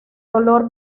dolor